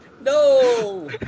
No